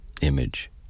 image